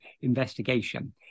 investigation